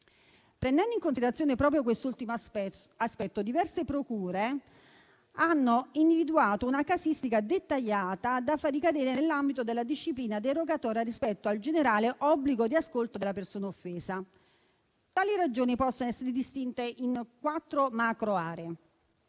Prendendo in considerazione proprio quest'ultimo aspetto, diverse procure hanno individuato una casistica dettagliata da far ricadere nell'ambito della disciplina derogatoria rispetto al generale obbligo di ascolto della persona offesa. Tali ragioni possono essere distinte in quattro macroaree: